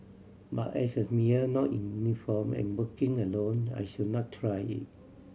but as a male not in uniform and working alone I should not try it